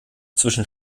zwischen